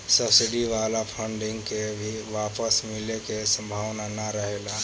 subsidy वाला funding के भी वापस मिले के सम्भावना ना रहेला